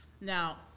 Now